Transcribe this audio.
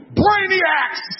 brainiacs